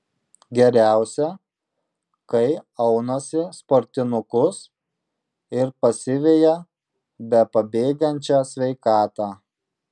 geriausia kai aunasi sportinukus ir pasiveja bepabėgančią sveikatą